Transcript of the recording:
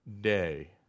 day